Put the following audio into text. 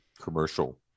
commercial